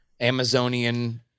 Amazonian